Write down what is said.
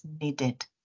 needed